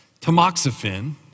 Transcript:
Tamoxifen